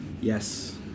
Yes